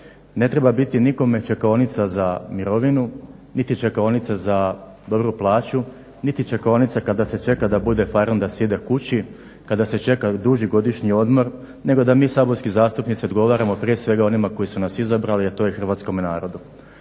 ne treba biti nikome čekaonica za mirovinu niti čekaonica za dobru plaću niti čekaonica kada se čeka da bude fajront da se ide kući, kada se čeka duži godišnji odmor, nego da mi saborski zastupnici odgovaramo prije svega onima koji su nas izabrali a to je hrvatskome narodu.